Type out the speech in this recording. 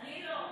אני לא.